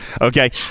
okay